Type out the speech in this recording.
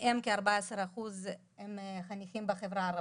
מהם כ-14% חניכים בחברה הערבית.